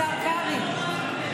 השר קרעי?